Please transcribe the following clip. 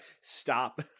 stop